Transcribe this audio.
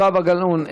זהבה גלאון,